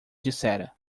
dissera